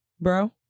bro